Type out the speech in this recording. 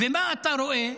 ומה אתה רואה?